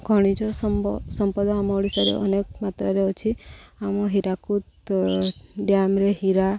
ଖଣିଜ ସମ୍ପଦ ଆମ ଓଡ଼ିଶାରେ ଅନେକ ମାତ୍ରାରେ ଅଛି ଆମ ହୀରାକୁଦ ଡ୍ୟାମ୍ରେ ହୀରା